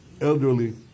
elderly